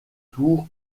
tour